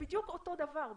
בעיניי זה בדיוק אותו הדבר.